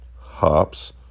hops